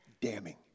damning